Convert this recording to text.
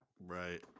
right